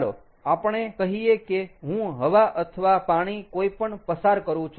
ચાલો આપણે કહીયે કે હું હવા અથવા પાણી કોઈ પણ પસાર કરું છું